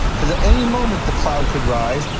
cause at any moment the cloud could rise.